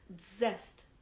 zest